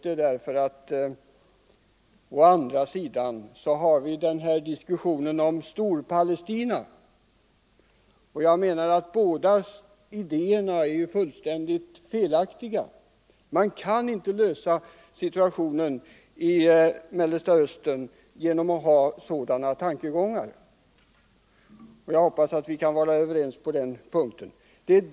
läget i därför att vi å andra sidan har diskussionen om Storpalestina. För min - Mellersta Östern, del menar jag att båda idéerna är fullständigt felaktiga. Man kan inte = m.m. lösa situationen i Mellersta Östern genom att föra fram sådana tankegångar — och jag hoppas att vi är överens på den punkten. Det är mot.